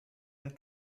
and